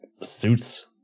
suits